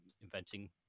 inventing